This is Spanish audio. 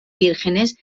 vírgenes